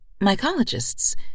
mycologists